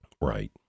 right